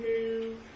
move